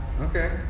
Okay